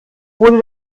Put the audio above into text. wurde